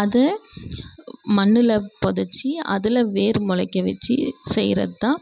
அதை மண்ணில் பொதைச்சி அதில் வேர் முளைக்க வச்சு செய்கிறத்தான்